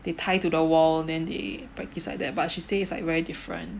they tie to the wall then they practice like that but she say is like very different